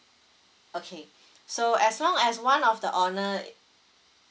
okay so as long as one of the owner